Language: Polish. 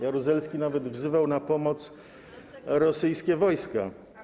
Jaruzelski nawet wzywał na pomoc rosyjskie wojska.